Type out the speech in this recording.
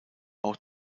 auch